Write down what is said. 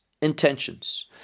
intentions